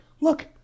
look